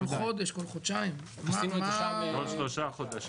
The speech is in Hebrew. כל שלושה חודשים.